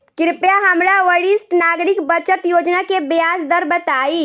कृपया हमरा वरिष्ठ नागरिक बचत योजना के ब्याज दर बताइं